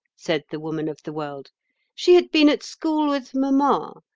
said the woman of the world she had been at school with mamma.